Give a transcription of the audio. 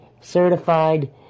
certified